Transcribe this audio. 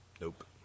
Nope